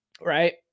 right